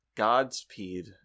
Godspeed